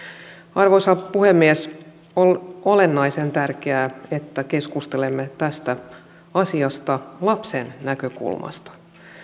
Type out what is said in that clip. arvoisa puhemies on olennaisen tärkeää että keskustelemme tästä asiasta lapsen näkökulmasta